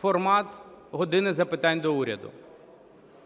формат "години запитань до Уряду".